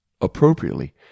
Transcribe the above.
Appropriately